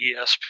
ESP